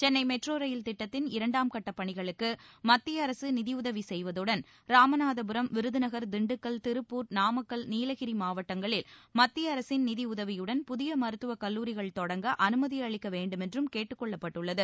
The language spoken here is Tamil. சென்னை மெட்ரோ ரயில் திட்டத்தின் இரண்டாம் கட்டப் பணிகளுக்கு மத்திய அரசு நிதி உதவி செய்வதுடன் ராமநாதபுரம் விருதுநகர் திண்டுக்கல் திருப்பூர் நாமக்கல் நீலகிரி மாவட்டங்களில் மத்திய அரசின் நிதியுதவியுடன் புதிய மருத்துவக் கல்லூரிகள் தொடங்க அனுமதி அளிக்க வேண்டுமென்றும் கேட்டுக் கொள்ளப்பட்டுள்ளது